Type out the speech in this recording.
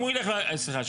סליחה.